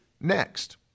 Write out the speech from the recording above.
next